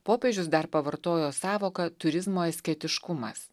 popiežius dar pavartojo sąvoką turizmo asketiškumas